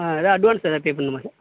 ஆ எதா அட்வான்ஸ் எதா பேப் பண்ணுமா சார்